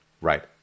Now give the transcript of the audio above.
Right